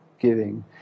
giving